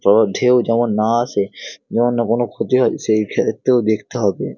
জলের ঢেউ যেমন না আসে যেমন না কোনও ক্ষতি হয় সেই ক্ষেত্রেও দেখতে হবে